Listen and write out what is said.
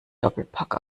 doppelpack